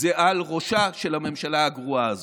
זה על ראשה של הממשלה הגרועה הזו.